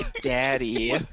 daddy